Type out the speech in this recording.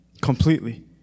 completely